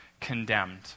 condemned